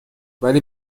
ولی